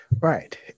Right